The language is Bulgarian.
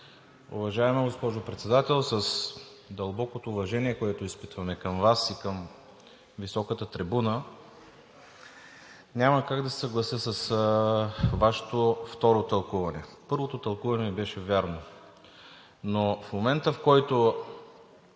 Уважаема госпожо Председател, с дълбокото уважение, което изпитваме към Вас и към високата трибуна, няма как да се съглася с Вашето второ тълкуване. Първото тълкуване беше вярното, но в момента, в който